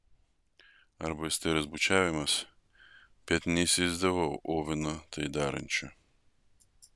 arba esteros bučiavimas bet neįsivaizdavau oveno tai darančio